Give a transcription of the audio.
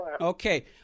Okay